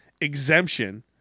exemption